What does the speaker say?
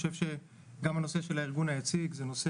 וגם הנושא של הארגון היציג זה נושא